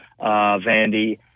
Vandy